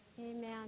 amen